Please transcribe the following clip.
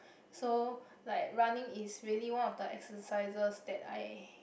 so like running is really one of the exercises that I